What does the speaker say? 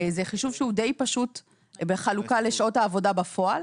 זה חישוב שהוא די פשוט בחלוקה לשעות העבודה בפועל.